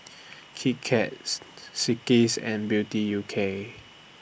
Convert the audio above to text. Kit Kat and Beauty U K